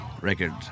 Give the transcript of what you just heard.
record